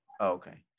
Okay